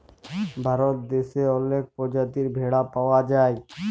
ভারত দ্যাশে অলেক পজাতির ভেড়া পাউয়া যায়